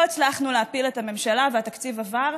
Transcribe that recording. לא הצלחנו להפיל את הממשלה והתקציב עבר.